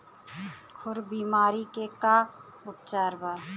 खुर बीमारी के का उपचार बा?